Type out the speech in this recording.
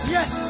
Yes